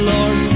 Lord